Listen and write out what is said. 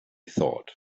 thought